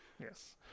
Yes